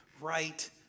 right